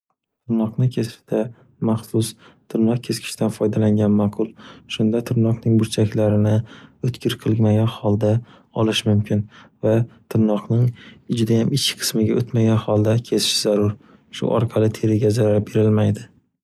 Tirnoqni kesishda, maxsus, tirnoq keskishdan foydalangan maʼqul, shunda tirnoqning burchaklarini oʻtkir qilmagan holda olish mumkin va tirnoqning judayam ichki qismiga o'tmagan holda kesish zarur, shu orqali teriga zarar berilmaydi.